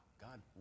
God